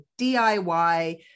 DIY